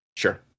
Sure